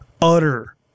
utter